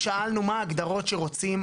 לכן שאלנו מה ההגדרות שרוצים.